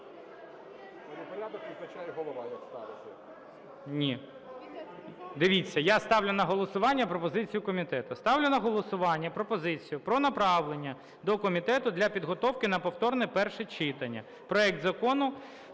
Ні, дивіться, я ставлю на голосування пропозицію комітету. Ставлю на голосування пропозицію про направлення до комітету для підготовки на повторне перше читання проект Закону